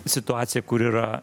situacija kur yra